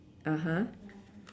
(uh huh)